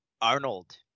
Arnold